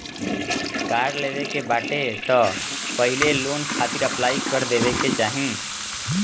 कार लेवे के बाटे तअ पहिले लोन खातिर अप्लाई कर देवे के चाही